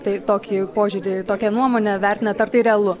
tai tokį požiūrį tokią nuomonę vertinat ar tai realu